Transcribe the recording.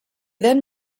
then